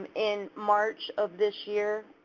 in march of this year,